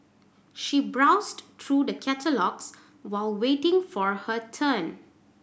she browsed through the catalogues while waiting for her turn